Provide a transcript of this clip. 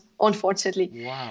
unfortunately